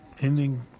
ending